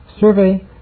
Survey